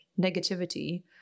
negativity